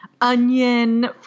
onion